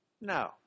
No